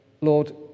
Lord